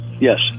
Yes